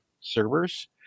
servers